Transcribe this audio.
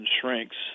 shrinks